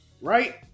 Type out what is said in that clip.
right